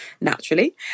naturally